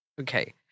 Okay